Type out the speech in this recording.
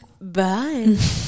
bye